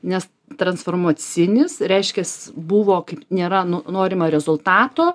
nes transformacinis reiškias buvo kaip nėra nu norimo rezultato